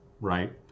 Right